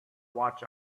watch